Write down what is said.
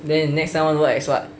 then you next time want to work as what